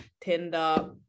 tinder